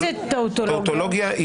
ההנחה שלי